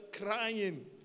crying